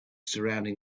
surrounding